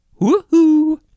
woohoo